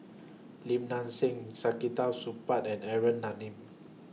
Lim Nang Seng Supaat and Aaron